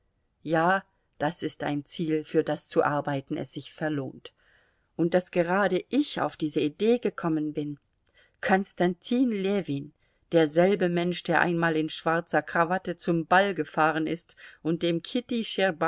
ja das ist ein ziel für das zu arbeiten es sich verlohnt und daß gerade ich auf diese idee gekommen bin konstantin ljewin derselbe mensch der einmal in schwarzer krawatte zum ball gefahren ist und dem kitty